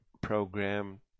program